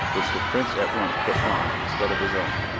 which the prince at once put on, instead of his own.